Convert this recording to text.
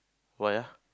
why ah